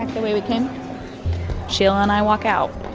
the way we came sheila and i walk out